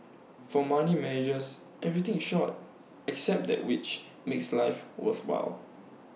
for money measures everything in short except that which makes life worthwhile